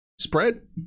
spread